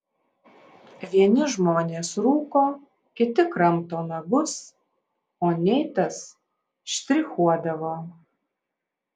vieni žmonės rūko kiti kramto nagus o neitas štrichuodavo